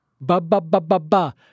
Ba-ba-ba-ba-ba